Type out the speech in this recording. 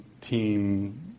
team